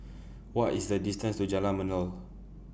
What IS The distance to Jalan Melor